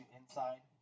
inside